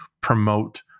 promote